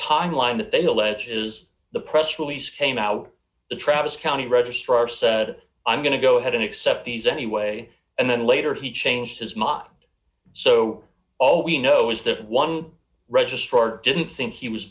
time line that they allege is the press release came out the travis county registrar said i'm going to go ahead and accept these anyway and then later he changed his mind so all we know is that one registrar didn't think he was